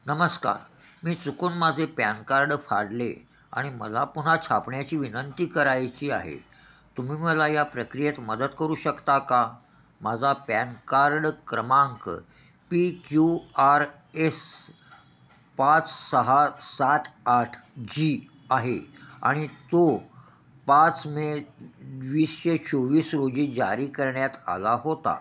नमस्कार मी चुकून माझे पॅन कार्ड फाडले आणि मला पुन्हा छापण्याची विनंती करायची आहे तुम्ही मला या प्रक्रियेत मदत करू शकता का माझा पॅन कार्ड क्रमांक पी क्यू आर एस पाच सहा सात आठ जी आहे आणि तो पाच मे वीसशे चोवीस रोजी जारी करण्यातत आला होता